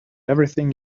everything